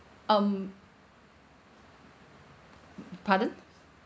um pardon